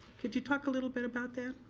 could you talk a little bit about that?